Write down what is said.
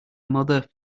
mother